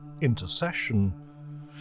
intercession